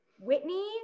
Whitney